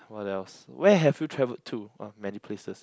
what else where have you travel to on many places